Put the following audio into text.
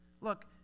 Look